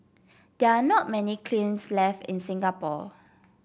there are not many kilns left in Singapore